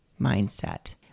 mindset